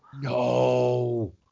No